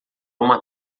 uma